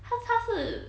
他他是